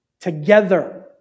together